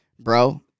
bro